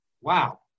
wow